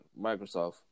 Microsoft